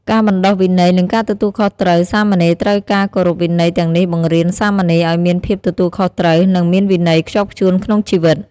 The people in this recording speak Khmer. ការបណ្ដុះវិន័យ និងការទទួលខុសត្រូវ សាមណេរត្រូវការគោរពវិន័យទាំងនេះបង្រៀនសាមណេរឱ្យមានភាពទទួលខុសត្រូវ និងមានវិន័យខ្ជាប់ខ្ជួនក្នុងជីវិត។